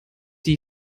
die